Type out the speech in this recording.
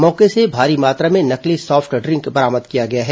मौके से भारी मात्रा में नकली सॉफ्ट ड्रिंक बरामद किया गया है